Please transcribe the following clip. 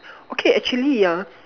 okay actually yeah